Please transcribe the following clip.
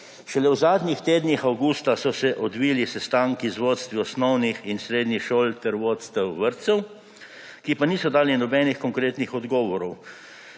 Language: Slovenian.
Šele v zadnjih tednih avgusta so se odvili sestanki z vodstvi osnovnih in srednjih šol ter vodstvi vrtcev, ki pa niso dali nobenih konkretnih odgovorov.